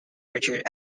richard